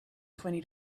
twenty